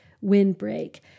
windbreak